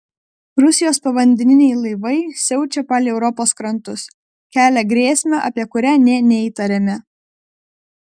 rusijos povandeniniai laivai siaučia palei europos krantus kelia grėsmę apie kurią nė neįtarėme